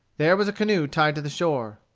there was a canoe tied to the shore.